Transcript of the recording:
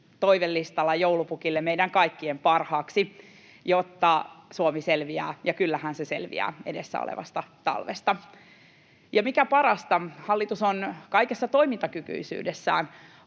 toivelistalla joulupukille meidän kaikkien parhaaksi, jotta Suomi selviää, ja kyllähän se selviää, edessä olevasta talvesta. Ja mikä parasta, hallitus on kaikessa toimintakykyisyydessään